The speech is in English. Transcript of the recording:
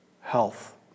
health